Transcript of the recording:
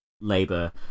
Labour